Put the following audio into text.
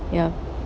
ya